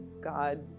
God